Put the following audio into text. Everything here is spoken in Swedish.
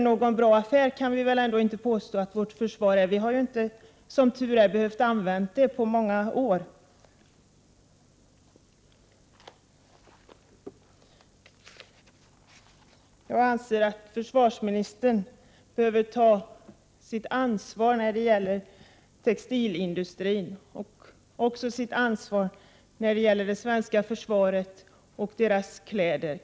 Vi kan väl inte påstå att vårt försvar är någon bra affär. Vi har ju, som tur är, inte behövt använda det på många år. Jag anser att försvarsministern måste ta sitt ansvar när det gäller textilindustrin, det svenska försvaret och försvarets kläder.